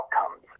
outcomes